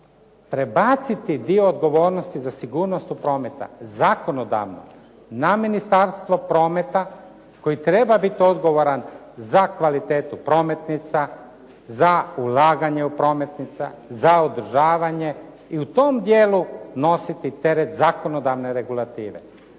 prebaciti dio odgovornosti za sigurnost prometa zakonodavno na Ministarstvo prometa koje treba biti odgovorno za kvalitetu prometnica, za ulaganje u prometnice, za održavanje i u tom dijelu nositi teret zakonodavne regulative.